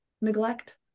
neglect